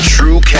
True